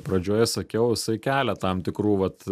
pradžioje sakiau jisai kelia tam tikrų vat